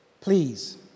Please